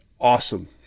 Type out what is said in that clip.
awesome